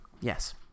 Yes